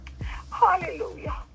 Hallelujah